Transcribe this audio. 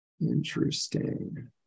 Interesting